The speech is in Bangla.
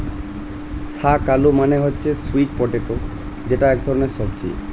শাক আলু মানে হচ্ছে স্যুইট পটেটো যেটা এক ধরনের সবজি